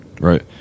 Right